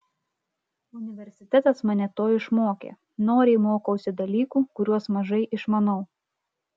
universitetas mane to išmokė noriai mokausi dalykų kuriuos mažai išmanau